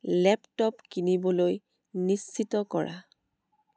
laptop কিনিবলৈ নিশ্চিত কৰা